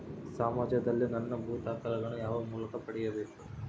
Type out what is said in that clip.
ಸಮಾಜದಲ್ಲಿ ನನ್ನ ಭೂ ದಾಖಲೆಗಳನ್ನು ಯಾವ ಮೂಲಕ ಪಡೆಯಬೇಕು?